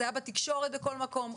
זה היה בתקשורת בכל מקום.